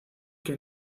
que